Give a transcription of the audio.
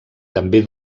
també